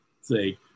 say